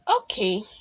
Okay